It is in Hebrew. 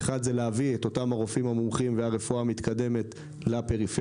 אחד זה להביא את אותם הרופאים המומחים והרפואה המתקדמת לפריפריה,